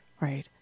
right